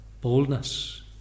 boldness